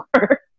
work